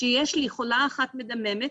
כי כשיש לי חולה אחת מדממת,